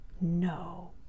No